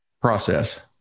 process